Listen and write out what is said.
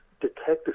detective